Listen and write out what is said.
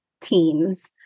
teams